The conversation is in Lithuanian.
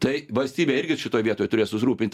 tai valstybė irgi šitoj vietoj turės susirūpint